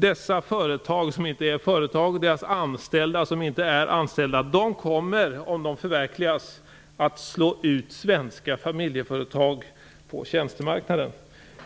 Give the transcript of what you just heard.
Dessa företag, som inte är företag, samt deras anställda, som inte är anställda, kommer - om det här förverkligas - att slå ut svenska familjeföretag på tjänstemarknaden.